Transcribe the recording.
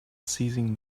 seizing